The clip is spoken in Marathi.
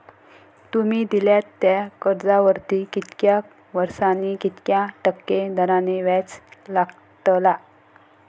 तुमि दिल्यात त्या कर्जावरती कितक्या वर्सानी कितक्या टक्के दराने व्याज लागतला?